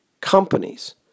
companies